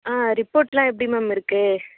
ஆ ரிப்போர்டெல்லாம் எப்படி மேம் இருக்குது